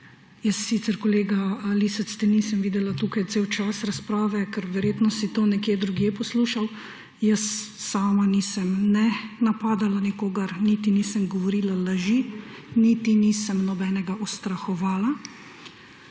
Jaz te sicer, kolega Lisec, nisem videla tukaj cel čas razprave, ker verjetno si to nekje drugje poslušal, jaz sama nisem ne napadala nikogar, nisem govorila laži niti nisem nobenega ustrahovala.